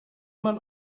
man